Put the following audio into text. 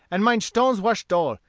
and mein stones wash dull,